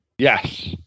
Yes